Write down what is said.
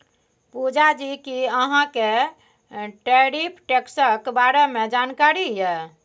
पुजा जी कि अहाँ केँ टैरिफ टैक्सक बारे मे जानकारी यै?